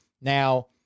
Now